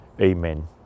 Amen